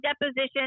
deposition